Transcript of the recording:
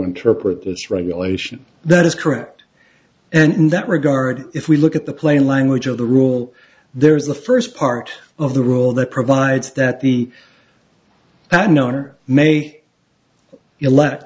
interpret this regulation that is correct and in that regard if we look at the plain language of the rule there is the first part of the rule that provides that the that no honor may elect